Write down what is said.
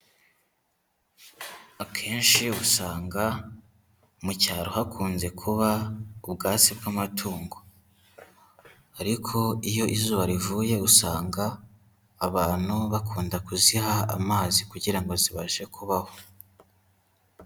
Akenshi usanga mu cyaro hakunze kuba ubwatsi bw'amatungo ariko iyo izuba rivuye usanga abantu bakunda kuziha amazi kugira ngo zibashe kubaho.